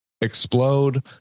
explode